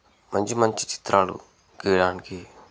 మంచి మంచి చిత్రాలు గీయడానికి